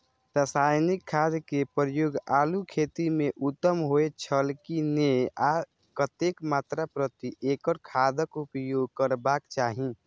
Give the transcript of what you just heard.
रासायनिक खाद के प्रयोग आलू खेती में उत्तम होय छल की नेय आ कतेक मात्रा प्रति एकड़ खादक उपयोग करबाक चाहि?